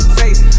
face